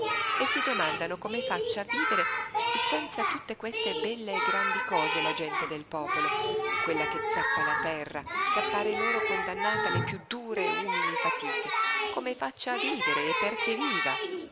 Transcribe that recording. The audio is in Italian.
e si domandano come faccia a vivere senza tutte queste belle e grandi cose la gente del popolo quella che zappa la terra e che appare loro condannata alle piú dure e umili fatiche come faccia a vivere e perché viva